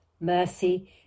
mercy